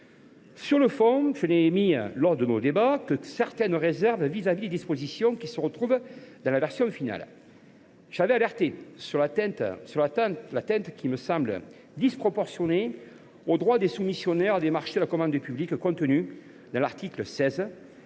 Sur le fond, ensuite, je n’ai émis lors de nos débats que certaines réserves à l’égard de dispositions qui se retrouvent dans la version finale. J’ai alerté sur l’atteinte, à mon sens disproportionnée, aux droits des soumissionnaires des marchés de la commande publique introduite par l’article 16.